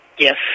Yes